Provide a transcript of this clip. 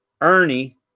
Ernie